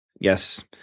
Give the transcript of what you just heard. yes